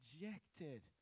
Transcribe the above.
rejected